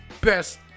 best